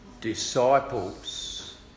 disciples